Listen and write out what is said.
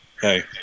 Hey